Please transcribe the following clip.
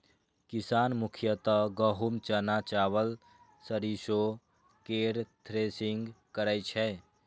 किसान मुख्यतः गहूम, चना, चावल, सरिसो केर थ्रेसिंग करै छै